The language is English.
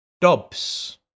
Dobbs